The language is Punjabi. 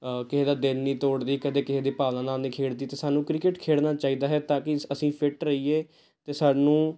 ਕਿਸੇ ਦਾ ਦਿਲ ਨਹੀਂ ਤੋੜਦੀ ਕਦੇ ਕਿਸੇ ਦੀ ਭਾਵਨਾ ਨਾਲ ਨਹੀਂ ਖੇਡਦੀ ਅਤੇ ਸਾਨੂੰ ਕ੍ਰਿਕਟ ਖੇਡਣਾ ਚਾਹੀਦਾ ਹੈ ਤਾਂ ਕਿ ਅਸ ਅਸੀਂ ਫਿੱਟ ਰਹੀਏ ਅਤੇ ਸਾਨੂੰ